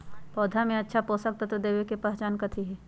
पौधा में अच्छा पोषक तत्व देवे के पहचान कथी हई?